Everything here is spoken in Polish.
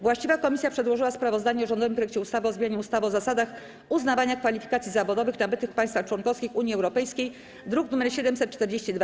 Właściwa komisja przedłożyła sprawozdanie o rządowym projekcie ustawy o zmianie ustawy o zasadach uznawania kwalifikacji zawodowych nabytych w państwach członkowskich Unii Europejskiej, druk nr 742.